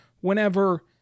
whenever